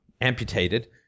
amputated